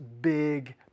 big